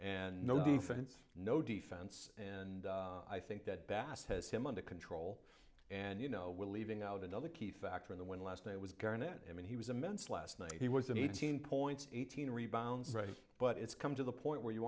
and no defense no defense and i think that bass has him under control and you know we're leaving out another key factor in the win last night was garnett i mean he was immense last night he was eighteen points eighteen rebounds right but it's come to the point where you